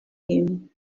him